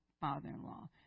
father-in-law